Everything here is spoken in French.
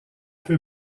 peu